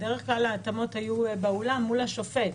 בדרך כלל ההתאמות היו באולם מול השופט.